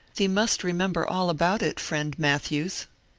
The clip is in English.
thee must remember all about it, friend matthews.